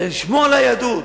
אלא לשמור על היהדות.